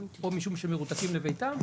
או משום שהם מרותקים לביתם.